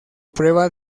prueba